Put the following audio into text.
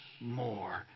more